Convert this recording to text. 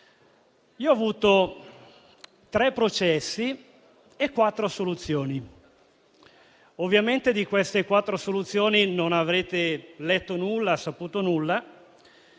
Io ho avuto tre processi e quattro assoluzioni. Ovviamente di queste quattro assoluzioni non avrete letto o saputo nulla,